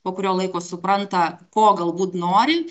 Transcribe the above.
po kurio laiko supranta ko galbūt nori